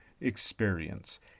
experience